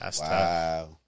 Wow